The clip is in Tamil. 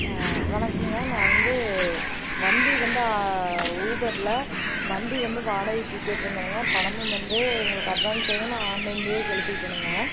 வணக்கமுங்க நான் வந்து வண்டி வந்து ஊபரில் வண்டி வந்து வாடகைக்கு கேட்டுருந்தேனுங்க பணமும் வந்து உங்களுக்கு அட்வான்ஸையும் நான் ஆன்லைனில் செலுத்திவிட்டேனுங்க